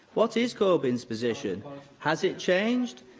what is corbyn's position? has it changed?